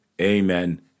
Amen